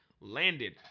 landed